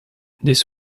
this